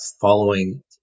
following